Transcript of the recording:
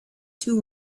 two